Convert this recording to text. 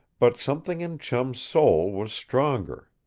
but something in chum's soul was stronger.